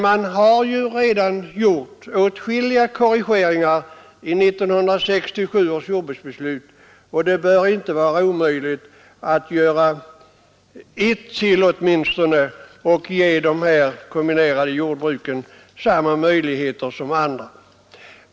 Man har dock redan gjort åtskilliga korrigeringar i 1967 års jordbruksbeslut, och det bör inte vara omöjligt att göra åtminstone en till och ge de kombinerade jordbruken samma möjligheter som andra.